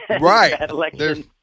Right